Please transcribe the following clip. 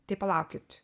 tai palaukit